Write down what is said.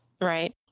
right